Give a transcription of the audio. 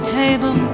table